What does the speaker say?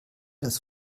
das